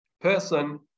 person